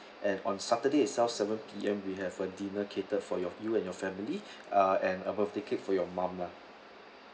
and on saturday itself seven P_M we have a dinner cater for your you and your family uh and a birthday cake for your mum lah